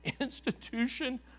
institution